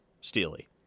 Steely